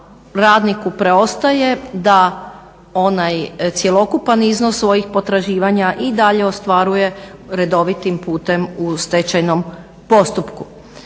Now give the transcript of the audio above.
radniku preostaje da onaj cjelokupan iznos svojih potraživanja i dalje ostvaruje redovitim putem u stečajnom postupku.